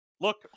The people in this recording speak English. look